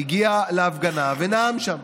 הגיע להפגנה ונאם שם,